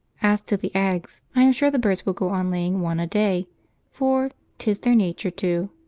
as to the eggs, i am sure the birds will go on laying one a day for tis their nature to.